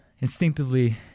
Instinctively